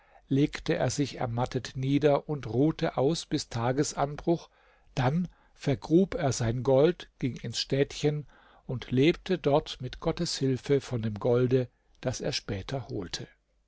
legte er sich ermattet nieder und ruhte aus bis tagesanbruch dann vergrub er sein gold ging ins städtchen und lebte dort mit gottes hilfe von dem golde das er später holte